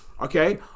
okay